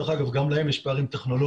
דרך אגב, גם להם יש פערים טכנולוגים